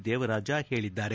ದೇವರಾಜ ಹೇಳದ್ದಾರೆ